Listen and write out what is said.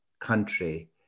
country